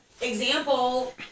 example